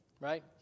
Right